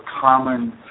common